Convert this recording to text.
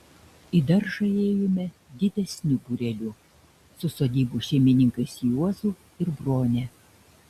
į daržą ėjome didesniu būreliu su sodybos šeimininkais juozu ir brone